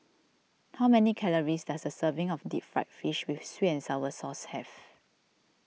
how many calories does a serving of Deep Fried Fish with Sweet and Sour Sauce have